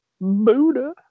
Buddha